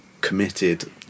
committed